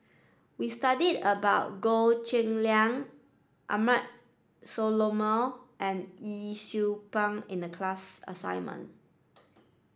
we studied about Goh Cheng Liang Abraham Solomon and Yee Siew Pun in the class assignment